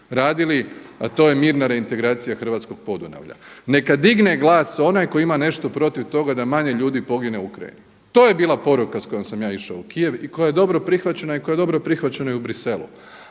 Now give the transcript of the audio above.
radili, a to je mirna reintegracija hrvatskog Podunavlja. Neka digne glas onaj tko ima nešto protiv toga da manje ljudi pogine u Ukrajini? To je bila poruka sa kojom sam ja išao u Kijev i koja je dobro prihvaćena i koja je dobro prihvaćena i u Bruxellesu,